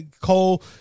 Cole